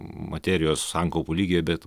materijos sankaupų lygyje bet